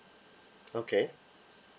okay